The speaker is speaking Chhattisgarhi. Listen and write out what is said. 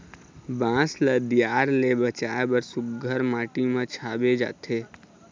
बांस ल दियार ले बचाए बर सुग्घर माटी म छाबे जाथे